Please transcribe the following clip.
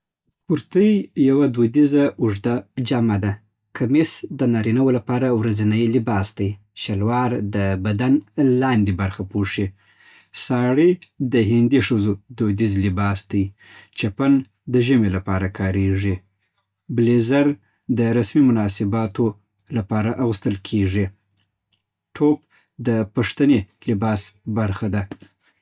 کرتۍ یوه دودیزه اوږده جامه ده. کمېس د نارینه‌وو لپاره ورځنی لباس دی. شلوار د بدن لاندې برخه پوښي. ساری د هندي ښځو دودیز لباس دی. چپن د ژمي لپاره کارېږي. بلېزر د رسمي مناسبتونو لپاره اغوستل کېږي. ټوپ د پښتني لباس برخه ده